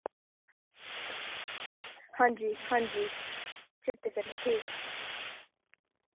आं जी हां जी चेत्ते कन्नै ठीक ऐ